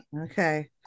okay